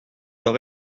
leur